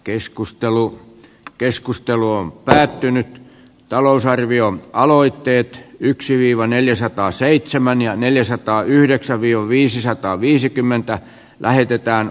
keskustelua ja keskustelu on päättynyt talousarvion aloitteet ja yksiviivaneljäsataaseitsemän ja neljäsataayhdeksän vion viisisataaviisikymmentä kannattavamman